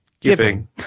giving